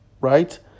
right